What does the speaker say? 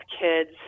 kids